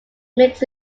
makes